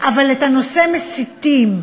אבל את הנושא מסיטים,